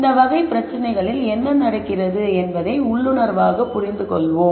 இந்த வகை பிரச்சனைகளில் என்ன நடக்கிறது என்பதை உள்ளுணர்வாக புரிந்துகொள்வோம்